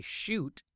shoot